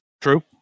True